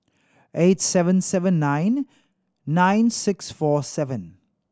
eight seven seven nine nine six four seven